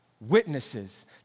witnesses